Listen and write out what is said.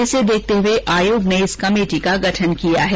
इसे देखते हुए आयोग ने इस कमेटी का गठन किया है